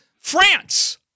France